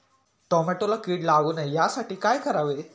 टोमॅटोला कीड लागू नये यासाठी काय करावे?